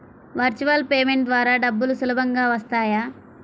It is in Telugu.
వర్చువల్ పేమెంట్ ద్వారా డబ్బులు సులభంగా వస్తాయా?